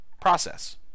process